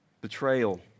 Betrayal